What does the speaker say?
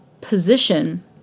position